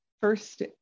first